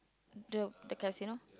the the casino